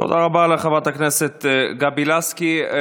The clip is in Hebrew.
תודה רבה לחברת הכנסת גבי לסקי.